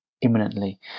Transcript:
imminently